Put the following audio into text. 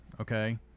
Okay